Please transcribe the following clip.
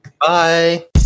Bye